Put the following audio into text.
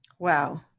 Wow